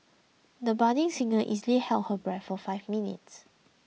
the budding singer easily held her breath for five minutes